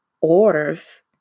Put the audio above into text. orders